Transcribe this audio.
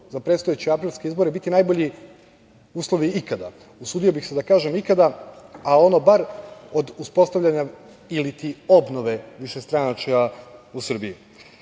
za predstojeće aprilske izbore biti najbolji uslovi ikada. Usudio bih se da kažem ikada, a ono bar od uspostavljanja iliti obnove višestranačja u Srbiji. Kada